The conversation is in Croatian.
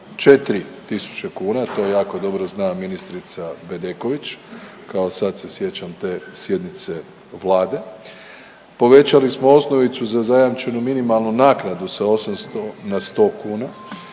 tisuće kuna, to jako dobro zna ministrica Bedeković, kao sad se sjećam te sjednice vlade, povećali smo osnovicu za zajamčenu minimalnu naknadu sa 800 na 100 kuna,